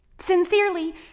Sincerely